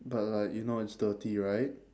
but like you know it's dirty right